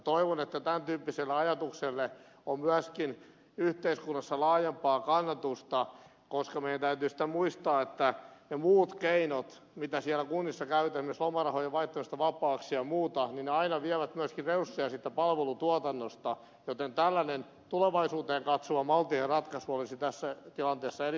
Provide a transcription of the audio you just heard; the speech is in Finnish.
toivon että tämän tyyppiselle ajatukselle on myöskin yhteiskunnassa laajempaa kannatusta koska meidän täytyy sitten muistaa että ne muut keinot mitä siellä kunnissa käytetään esimerkiksi lomarahojen vaihtaminen vapaaksi ja muut aina vievät myöskin resursseja siitä palvelutuotannosta joten tällainen tulevaisuuteen katsova maltillinen ratkaisu olisi tässä tilanteessa erittäin tärkeä